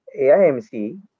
AIMC